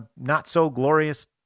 not-so-glorious